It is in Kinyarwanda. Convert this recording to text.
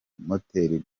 moteri